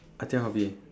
I think I'll be